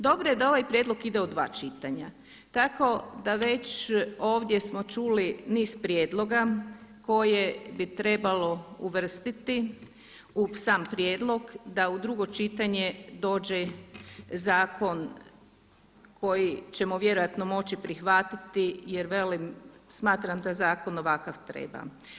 Dobro je da ovaj prijedlog ide u dva čitanja tako da već ovdje smo čuli niz prijedloga koje bi trebalo uvrstiti u sam prijedlog da u drugo čitanje dođe zakon koji ćemo vjerojatno moći prihvatiti jer velim, smatram da zakon ovakav treba.